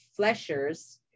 Fleshers